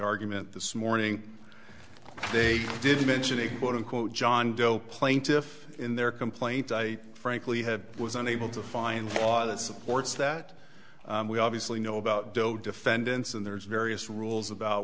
argument this morning they didn't mention a lot of quote john doe plaintiffs in their complaint i frankly have was unable to find one that supports that we obviously know about doe defendants and there's various rules about